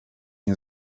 nie